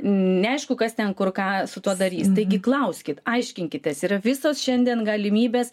neaišku kas ten kur ką su tuo darys taigi klauskit aiškinkitės yra visos šiandien galimybės